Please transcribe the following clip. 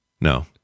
No